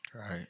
right